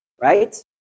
right